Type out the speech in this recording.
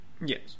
Yes